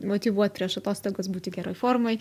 motyvuot prieš atostogas būti geroj formoj